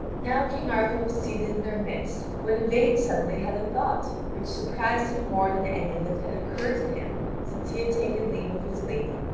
now king arthur was seated in their midst, when yvain suddenly had a thought which surprised him more than any that had occurred to him since he had taken leave of his lady,